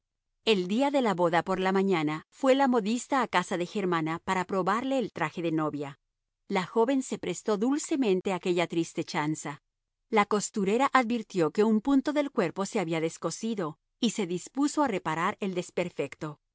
el día de la boda por la mañana fue la modista a casa de germana para probarle el traje de novia la joven se prestó dulcemente a aquella triste chanza la costurera advirtió que un punto del cuerpo se había descosido y se dispuso a reparar el desperfecto